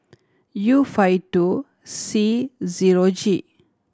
U five two C zero G